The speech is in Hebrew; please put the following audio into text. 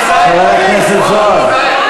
חבר הכנסת זוהר.